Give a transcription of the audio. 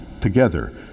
together